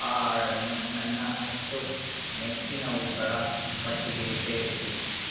ಆ ಹಾಡನ್ನು ನನ್ನ ಹತ್ತು ಮೆಚ್ಚಿನವುಗಳ ಪಟ್ಟಿಗೆ ಸೇರಿಸಿ